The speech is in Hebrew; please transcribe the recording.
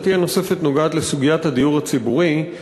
שאלתי הנוספת נוגעת לסוגיית הדיור הציבורי.